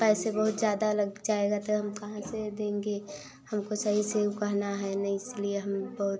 पैसे बहुत ज़्यादा लग जाएगा तो हम कहाँ से देंगे हमको सही से ऊ कहना है न इसलिए हम बहुत